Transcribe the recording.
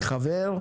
חבר,